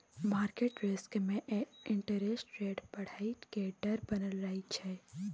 market risk में interest rate बढ़इ के डर बनल रहइ छइ